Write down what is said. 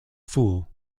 fool